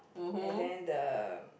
and then the